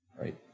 right